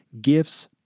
Gifts